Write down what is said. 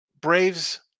Braves